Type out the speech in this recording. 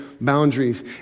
boundaries